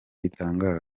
itangaza